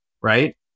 right